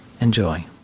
Enjoy